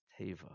Teva